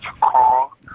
call